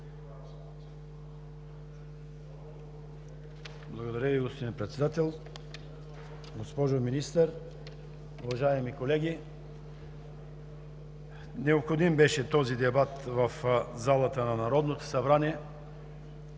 Благодаря Ви, господин Председател. Госпожо Министър, уважаеми колеги! Необходим беше този дебат в залата на Народното събрание,